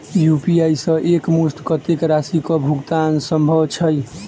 UPI सऽ एक मुस्त कत्तेक राशि कऽ भुगतान सम्भव छई?